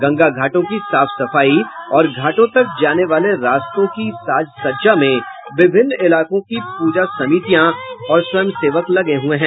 गंगा घाटों की साफ सफाई और घाटों तक जाने वाले रास्तों की साज सज्जा में विभिन्न इलाकों की पूजा समितियां और स्वयं सेवक लगे हुए हैं